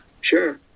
Sure